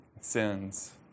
sins